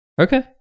okay